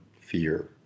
fear